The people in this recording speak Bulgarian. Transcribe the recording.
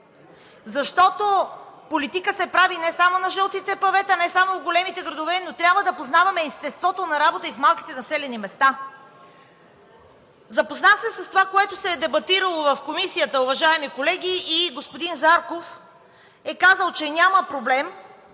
Защото политика се прави не само на жълтите павета, не само в големите градове, но трябва да познаваме и естеството на работа и в малките населени места. Запознах се с това, което се е дебатирало в Комисията, уважаеми колеги, и господин Зарков е казал, че няма проблем,